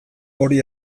hori